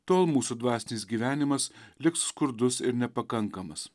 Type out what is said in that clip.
tol mūsų dvasinis gyvenimas liks skurdus ir nepakankamas